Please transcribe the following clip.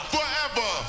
Forever